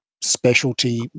specialty